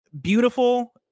beautiful